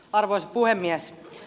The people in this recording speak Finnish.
arvoisa puhemies